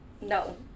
No